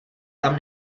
tam